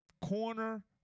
corner